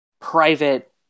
private